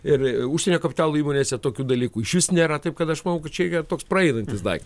ir užsienio kapitalo įmonėse tokių dalykų išvis nėra taip kad aš manau kad čia yra toks praeinantis daiktas